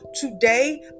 today